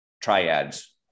triads